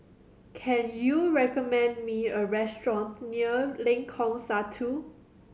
can you recommend me a restaurant near Lengkong Satu